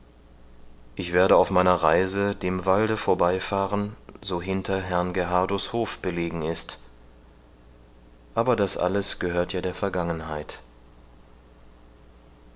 ich werde auf meiner reise dem walde vorbeifahren so hinter herrn gerhardus hof belegen ist aber das alles gehört ja der vergangenheit